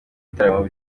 ibitaramo